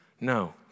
No